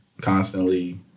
constantly